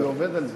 אני עובד על זה.